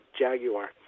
Jaguar